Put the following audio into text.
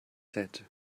said